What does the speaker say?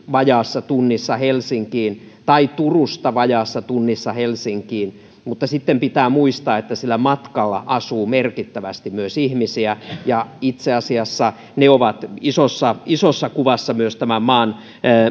vajaassa tunnissa helsinkiin tai turusta vajaassa tunnissa helsinkiin mutta sitten pitää muistaa että sillä matkalla asuu merkittävästi myös ihmisiä ja itse asiassa he ovat isossa isossa kuvassa myös tämän maan